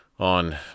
on